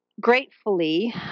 gratefully